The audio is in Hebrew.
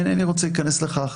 אינני רוצה להיכנס לכך,